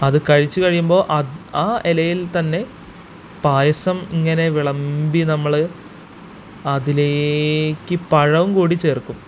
അത് കഴിച്ച് കഴിയുമ്പോള് ആ ഇലയില്ത്തന്നെ പായസം ഇങ്ങനെ വിളമ്പി നമ്മള് അതിലേയ്ക്ക് പഴവുംകൂടി ചേര്ക്കും